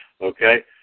okay